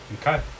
Okay